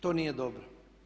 To nije dobro.